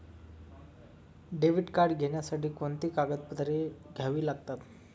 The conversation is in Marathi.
डेबिट कार्ड घेण्यासाठी कोणती कागदपत्रे द्यावी लागतात?